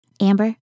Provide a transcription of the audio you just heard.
Amber